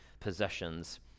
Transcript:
possessions